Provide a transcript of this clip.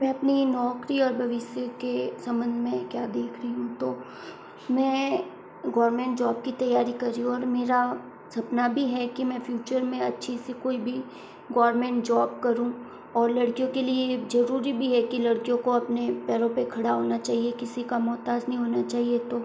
मैं अपनी नौकरी और भविष्य के संबंध में क्या देखरी हूँ तो मैं गवर्नमेंट जॉब की तैयारी कर रही हूँ और मेरा सपना भी है की मैं फ़्यूचर में अच्छी सी कोई भी गवर्नमेंट जॉब करूं और लड़कियों के लिए ये ज़रूरी भी है कि लड़कियों को अपने पैरों पे खड़ा होना चाहिए किसी का मोहताज नहीं होना चाहिए तो